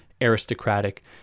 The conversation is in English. aristocratic